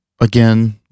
again